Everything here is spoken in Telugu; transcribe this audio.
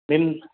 మేము